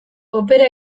opera